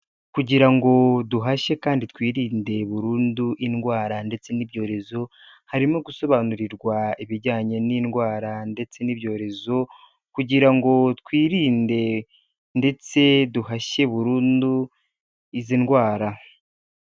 Kugira ngo duhashye kandi twirinde burundu indwara ndetse n'ibyorezo, harimo gusobanurirwa ibijyanye n'indwara ndetse n'ibyorezo kugira ngo twirinde ndetse duhashye burundu izi ndwara.